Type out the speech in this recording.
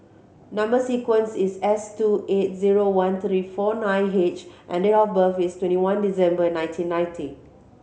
number sequence is S two eight zero one three four nine H and date of birth is twenty one December nineteen ninety